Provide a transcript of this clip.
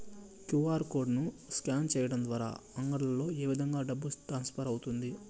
QR code ను scan సేయడం ద్వారా అంగడ్లలో ఏ విధంగా డబ్బు ట్రాన్స్ఫర్ అవుతుంది